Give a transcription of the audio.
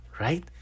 Right